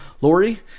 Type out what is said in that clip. Lori